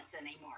anymore